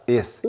Yes